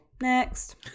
next